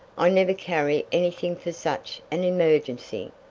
i never carry anything for such an emergency.